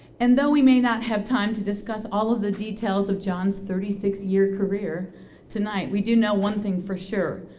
and though we may not have time to discuss all of the details of john's thirty six year career tonight, we do know one thing for sure.